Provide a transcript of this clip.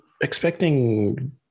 expecting